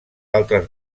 altres